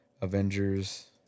Avengers